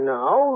now